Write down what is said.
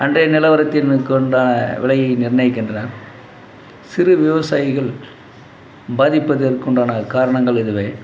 அன்றைய நிலவரத்தினுக்குண்டான விலையை நிர்ணயிக்கின்றன சிறு விவசாயிகள் பாதிப்பதற்குண்டான காரணங்கள் இதுவே